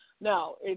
No